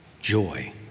Joy